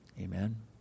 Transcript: Amen